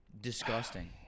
Disgusting